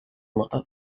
love